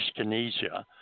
dyskinesia